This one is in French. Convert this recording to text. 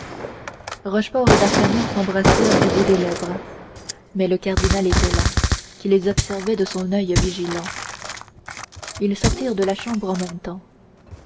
rochefort et d'artagnan s'embrassèrent du bout des lèvres mais le cardinal était là qui les observait de son oeil vigilant ils sortirent de la chambre en même temps